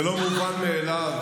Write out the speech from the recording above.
זה לא מובן מאליו,